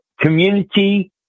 community